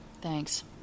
Thanks